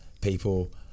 people